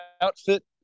outfit